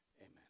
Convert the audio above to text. amen